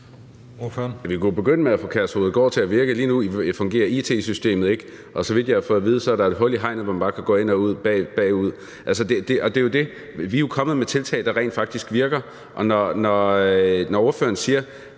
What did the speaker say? Vi er jo kommet med tiltag, der rent faktisk virker. Ordføreren siger: